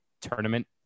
tournament